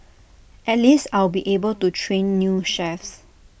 at least I'll be able to train new chefs